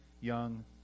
young